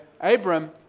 Abram